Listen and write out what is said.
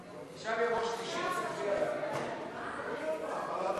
סעיפים 4 13, כהצעת הוועדה, נתקבלו.